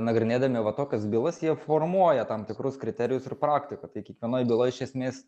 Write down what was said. nagrinėdami va tokias bylas jie formuoja tam tikrus kriterijus ir praktiką tai kiekvienoj byloj iš esmės